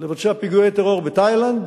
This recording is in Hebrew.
לבצע פיגועי טרור בתאילנד,